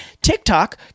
TikTok